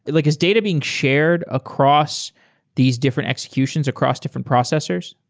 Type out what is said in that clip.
like is data being shared across these different executions across different processors?